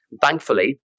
Thankfully